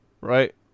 right